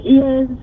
yes